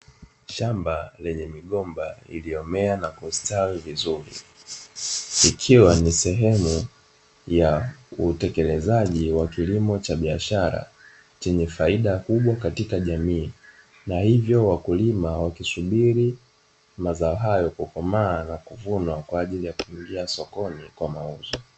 Shamba lenye migomba iliyomea na kustawi vizuri, ikiwa ni sehemu ya utekelezaji wa kilimo cha biashara, chenye faida kubwa katika jamii. Na hivyo wakulima wakisubiri mazao hayo kukomaa na kuvunwa, kwa ajili ya kuingia sokoni kwa mauzo.